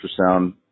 ultrasound